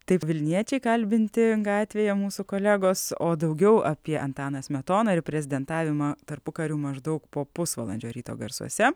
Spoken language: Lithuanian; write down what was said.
taip vilniečiai kalbinti gatvėje mūsų kolegos o daugiau apie antaną smetoną ir prezidentavimą tarpukariu maždaug po pusvalandžio ryto garsuose